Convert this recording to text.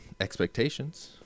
expectations